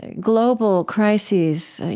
ah global crises,